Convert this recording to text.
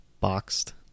boxed